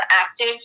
active